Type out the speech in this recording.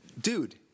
dude